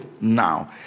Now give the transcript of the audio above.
now